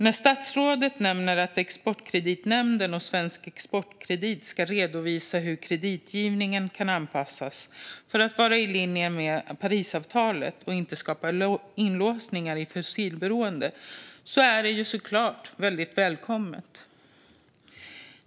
När statsrådet nämner att Exportkreditnämnden och Svensk Exportkredit ska redovisa hur kreditgivningen kan anpassas för att vara i linje i med Parisavtalet och inte skapa inlåsningar i fossilberoende är det såklart väldigt välkommet.